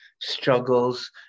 struggles